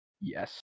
Yes